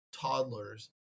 toddlers